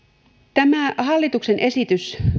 tämä hallituksen esitys